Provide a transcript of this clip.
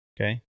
Okay